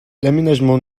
l’aménagement